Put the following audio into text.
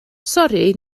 sori